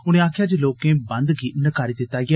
उनें आखेआ जे लोकें बंद गी नकारी दित्ता ऐ